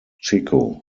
chico